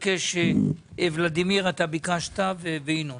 ולדימיר, ביקשת ואחריך ינון.